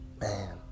Man